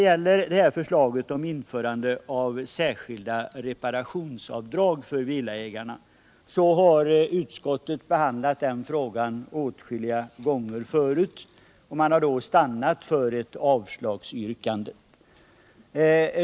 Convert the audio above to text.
Frågan om införande av särskilda reparationsavdrag för villaägare har utskottet behandlat åtskilliga gånger förut men stannat för ett avslagsyrkande.